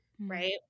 right